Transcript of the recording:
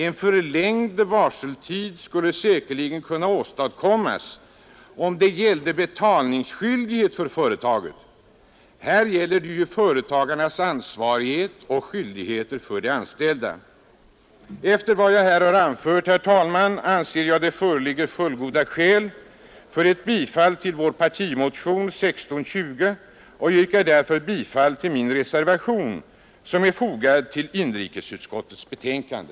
En förlängd varseltid skulle säkerligen kunna åstadkommas, om det gällde betalningsskyldighet för företaget. Här gäller det ju företagarnas ansvar och skyldigheter mot de anställda. Efter vad jag här har anfört, herr talman, anser jag att det föreligger fullgoda skäl för ett bifall till vår partimotion nr 1620, och jag yrkar därför bifall till den reservation som jag fogat till inrikesutskottets betänkande.